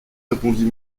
répondit